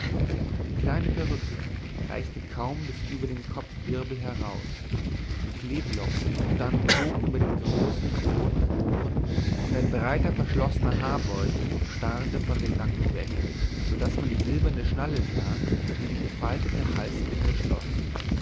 die kleine perücke reichte kaum bis über den kopfwirbel heraus die kleblocken standen hoch über den großen roten ohren und ein breiter verschlossener haarbeutel starrte von dem nacken weg so daß man die silberne schnalle sah die die gefältelte halsbinde schloß